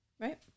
right